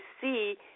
see